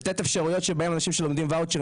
לתת אפשרויות שבהם אנשים שלומדים וואצ'רים,